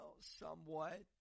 somewhat